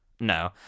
No